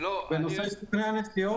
בנושא סוכני הנסיעות?